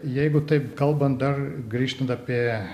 jeigu taip kalbant dar grįžtant apie